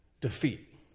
defeat